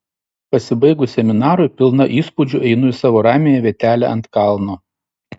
pasibaigus seminarui pilna įspūdžių einu į savo ramiąją vietelę ant kalno